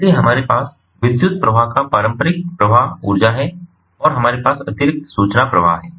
इसलिए हमारे पास विद्युत प्रवाह का पारंपरिक प्रवाह ऊर्जा है और हमारे पास अतिरिक्त सूचना प्रवाह है